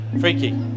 freaky